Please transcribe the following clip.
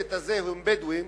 והשבט הזה הם בדואים